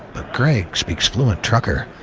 but greg speaks fluent trucker,